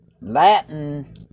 Latin